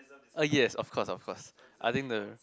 uh yes of course of course I think the